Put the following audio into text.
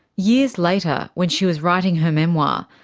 years later, when she was writing her memoir,